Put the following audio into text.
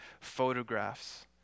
photographs